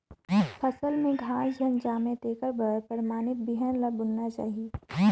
फसल में घास झन जामे तेखर बर परमानित बिहन ल बुनना चाही